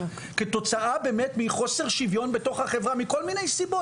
כתוצאה מחוסר שוויון בתוך החברה מכל מיני סיבות,